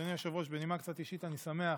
אדוני היושב-ראש, בנימה קצת אישית, אני שמח